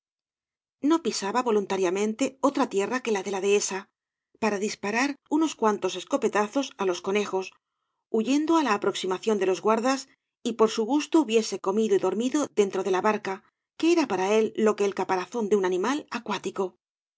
ño pisaba voluntariamente otra tierra que la de la dehesa para disparar unos cuantos cañas y barro escopetazos á los conejos huyendo á la aproximación de los guardas y por su gusto hubiese comido y dormido dentro de la barca que era para él lo que el caparazón de un animal acuático